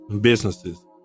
businesses